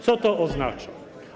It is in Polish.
Co to oznacza?